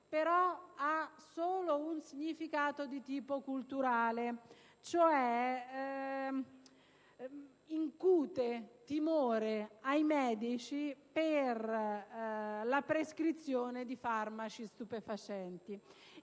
senso; ha solo un significato di tipo culturale, cioè incute timore ai medici per la prescrizione di farmaci stupefacenti.